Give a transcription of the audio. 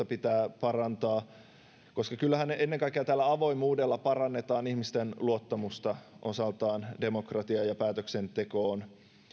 pitää parantaa koska kyllähän ennen kaikkea tällä avoimuudella parannetaan ihmisten luottamusta osaltaan demokratiaan ja päätöksentekoon